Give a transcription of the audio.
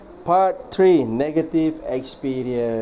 part three negative experience